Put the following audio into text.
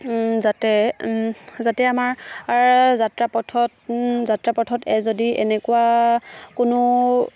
যাতে আমাৰ যাত্ৰা পথত যদি এনেকুৱা কোনো